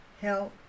help